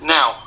Now